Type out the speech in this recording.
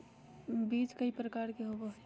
बीज कई आकार के होबो हइ